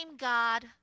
God